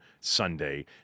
Sunday